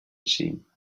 regime